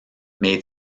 mais